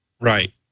Right